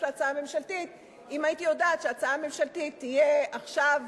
להצעה הממשלתית אם הייתי יודעת שההצעה הממשלתית תהיה עכשיו,